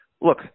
look